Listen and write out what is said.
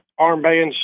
armbands